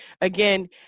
again